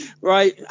right